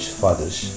fathers